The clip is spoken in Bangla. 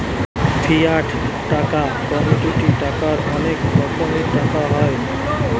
ফিয়াট টাকা, কমোডিটি টাকার অনেক রকমের টাকা হয়